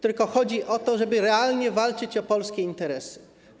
tylko o to, żeby realnie walczyć o polskie interesy.